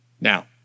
Now